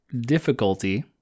difficulty